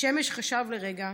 השמש חשב לרגע,